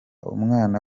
umwana